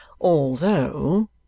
Although